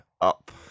up